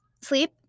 sleep